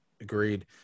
agreed